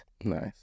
Nice